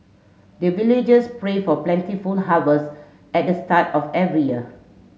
the villagers pray for plentiful harvest at the start of every year